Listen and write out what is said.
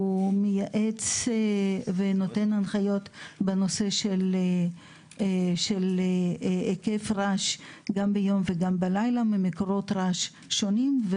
מייעץ ונותן הנחיות בנושא של היקף רעש ביום ובלילה ממקורות רעש שונים,